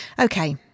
Okay